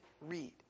read